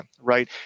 right